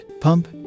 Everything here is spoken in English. pump